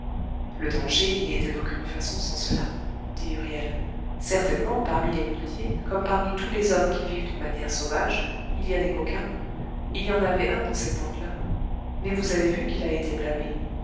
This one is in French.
le danger n'y était d'aucune façon sans cela dit huriel certainement parmi les muletiers comme parmi tous les hommes qui vivent d'une manière sauvage il y a des coquins il y en avait un dans cette bande là mais vous avez vu qu'il a été blâmé